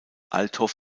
althoff